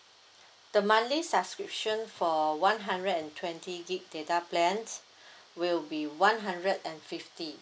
the monthly subscription for one hundred and twenty gig data plans will be one hundred and fifty